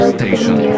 Station